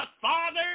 father